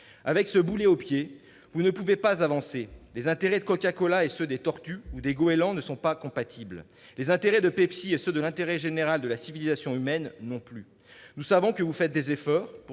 Avec ce boulet au pied, vous ne pouvez pas avancer : les intérêts de Coca-Cola et ceux des tortues ou des goélands ne sont pas compatibles ; les intérêts de Pepsi et ceux de la civilisation humaine non plus ! Nous savons que vous faites des efforts